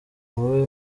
wowe